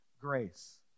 grace